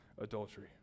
adultery